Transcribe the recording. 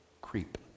Creep